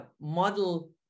model